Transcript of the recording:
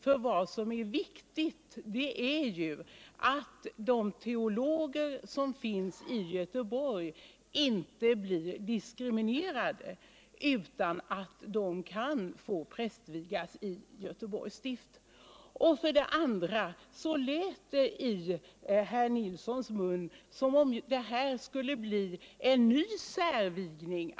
Det väsentliga är att kvinnliga teologer i Göteborgs stift inte blir diskriminerade, utan att de kan få prästvigas där. För det tredje lät det från herr Nilssons mun som om det skulle bli fråga om en ny typ av särvigning.